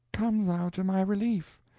come thou to my relief.